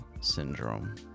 syndrome